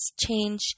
change